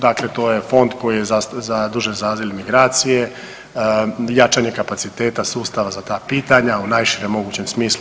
Dakle to je fond koji je zadužen za azil i migracije, jačanje kapaciteta sustava za ta pitanja u najvišem mogućem smislu